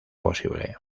posible